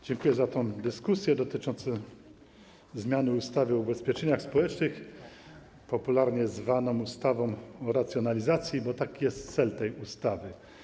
Dziękuję za dyskusję dotyczącą zmiany ustawy o ubezpieczeniach społecznych, która popularnie zwana jest ustawą o racjonalizacji, gdyż taki jest cel tej ustawy.